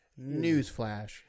Newsflash